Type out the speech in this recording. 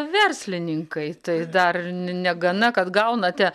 verslininkai tai dar negana kad gaunate